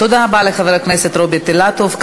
תודה רבה לחבר הכנסת רוברט אילטוב.